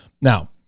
Now